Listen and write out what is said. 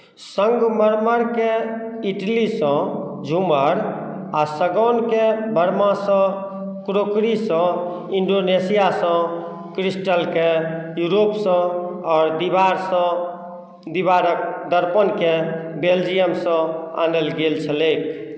सङ्गमरमरकेँ इटलीसँ झूमर आ सागौनकेँ बर्मासँ क्रोकरीसभ इन्डोनेशियासँ क्रिस्टलकेँ यूरोपसँ आओर दीवारसँ दीवारक दर्पणकेँ बेल्जियमसँ आनल गेल छलैक